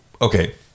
okay